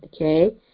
okay